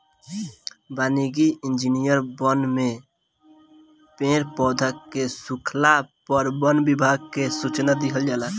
वानिकी इंजिनियर वन में पेड़ पौधा के सुखला पर वन विभाग के सूचना दिहल जाला